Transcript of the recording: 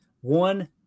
One